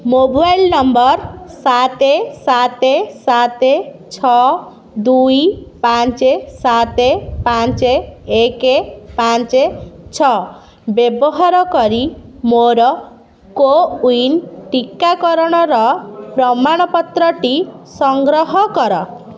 mobile number ସାତ ସାତ ସାତ ଛଅ ଦୁଇ ପାଞ୍ଚ ସାତ ପାଞ୍ଚ ଏକ ପାଞ୍ଚ ଛଅ ବ୍ୟବହାର କରି ମୋର କୋୱିନ୍ ଟିକାକରଣର ପ୍ରମାଣପତ୍ରଟି ସଂଗ୍ରହ କର